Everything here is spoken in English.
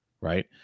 right